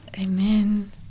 Amen